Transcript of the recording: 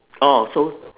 orh so